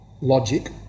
logic